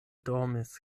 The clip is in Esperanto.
dormis